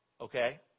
okay